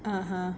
(uh huh)